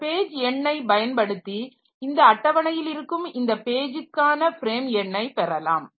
இந்த பேஜ் எண்ணை பயன்படுத்தி இந்த அட்டவணையில் இருக்கும் இந்த பேஜுக்கான ஃப்ரேம் எண்ணை பெறலாம்